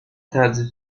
طرز